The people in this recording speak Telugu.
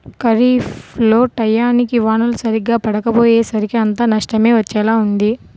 ఖరీఫ్ లో టైయ్యానికి వానలు సరిగ్గా పడకపొయ్యేసరికి అంతా నష్టమే వచ్చేలా ఉంది